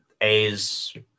A's